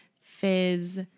Fizz